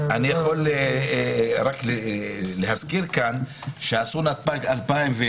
אני יכול להזכיר כאן שכשעשו את נתב"ג 2000,